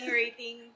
rating